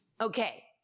Okay